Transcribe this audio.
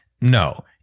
no